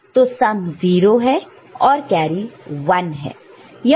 तो सम 0 है और कैरी 1 है